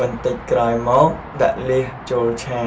បន្តិចក្រោយមកដាក់លៀសចូលឆា